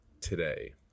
today